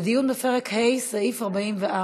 לדיון בפרק ה', סעיף 44: